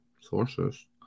Sources